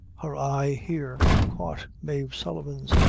her eye here caught mave sullivan's,